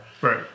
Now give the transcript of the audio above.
Right